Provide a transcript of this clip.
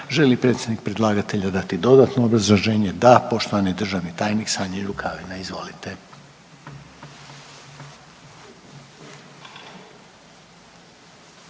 li predstavnik predlagatelja dati dodatno obrazloženje? Da. Poštovani državni tajnik Sanjin Rukavina, izvolite.